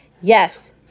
Yes